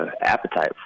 appetite